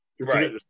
Right